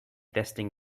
testing